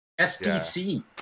SDC